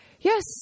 yes